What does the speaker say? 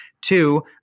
Two